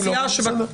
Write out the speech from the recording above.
בסדר.